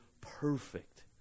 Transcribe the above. perfect